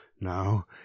Now